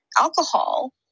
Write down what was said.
alcohol